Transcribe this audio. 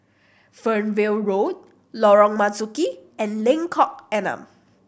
Fernvale Road Lorong Marzuki and Lengkok Enam